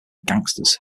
gangsters